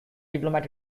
diplomatic